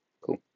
Cool